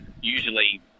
usually